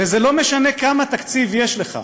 וזה לא משנה כמה תקציב יש לך,